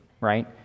right